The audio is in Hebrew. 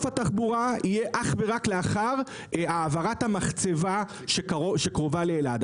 התחבורה יהיה אך ורק לאחר המחצבה שקרובה לאלעד,